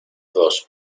dos